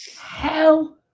hell